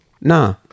Nah